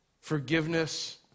forgiveness